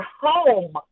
home